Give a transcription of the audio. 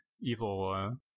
Evil